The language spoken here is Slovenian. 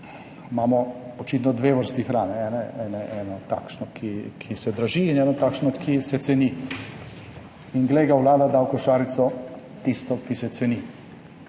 Imamo očitno dve vrsti hrane, eno takšno, ki se draži, in eno takšno, ki se ceni, in glej ga, vlada da v košarico tisto, ki se ceni.